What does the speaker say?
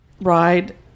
ride